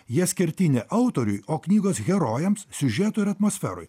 jie skirti ne autoriui o knygos herojams siužetui ir atmosferai